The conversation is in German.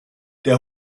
der